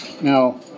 Now